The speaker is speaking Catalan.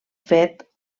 fet